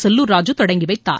செல்லுர் ராஜு தொடங்கி வைத்தார்